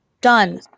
Done